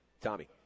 tommy